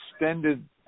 extended